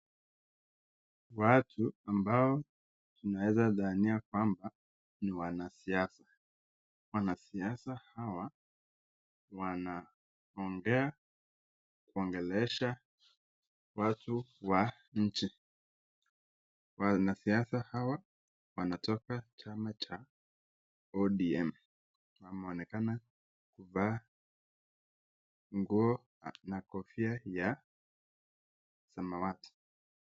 Watu ambao tunaweza dhania kwamba ni wanasiasa, wanasiasa hawa wanongea kuongelesha watu wa nchi wanasiasa hawa wanatoka chama cha ODM wanaonekana kuvaa nguo na kofia ya samawati.